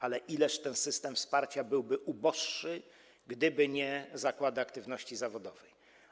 Ale o ileż ten system wsparcia byłby uboższy, gdyby nie zakłady aktywności zawodowej.